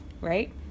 right